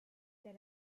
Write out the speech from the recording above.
dès